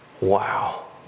Wow